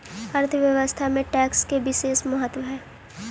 अर्थव्यवस्था में टैक्स के बिसेस महत्व हई